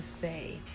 say